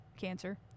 cancer